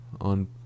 on